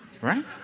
right